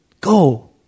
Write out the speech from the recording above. go